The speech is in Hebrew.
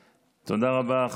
תודה רבה לכולם.